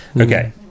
Okay